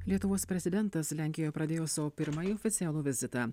lietuvos prezidentas lenkijoj pradėjo savo pirmąjį oficialų vizitą